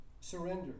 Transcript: Surrender